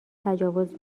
تجاوز